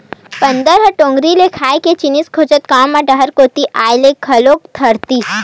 बेंदरा ह डोगरी ले खाए के जिनिस खोजत गाँव म डहर कोती अये ल घलोक धरलिस